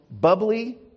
bubbly